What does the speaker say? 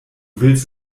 willst